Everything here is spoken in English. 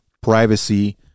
privacy